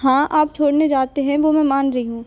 हाँ आप छोड़ने जाते हैं वो मैं मान रही हूँ